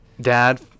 dad